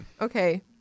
okay